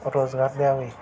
रोजगार द्यावे